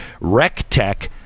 Rectech